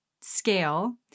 scale